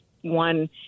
one